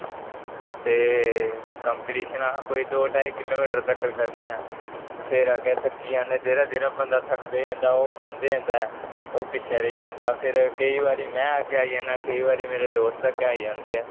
ते कम्पीटिशन अस कोई दौ ढाई किलो मिटर तकर करने हा फिर अग्गे थक्की जने जेहडा बंदा थकदे जंदा ओह् बोंहदे जंदा ओह् पिच्छे रेई जंदा फिर केंई बारी में अग्गे आई जना केंई बारी मेरे दोस्त अग्गे आई जंदे ऐ